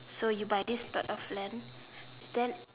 so you buy this plot of land then